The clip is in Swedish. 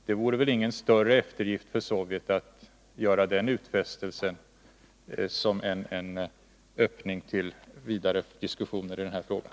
Det vore väl ingen större eftergift för Sovjet att göra den utfästelsen som en öppning till vidare diskussioner i den här frågan.